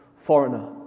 foreigner